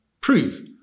prove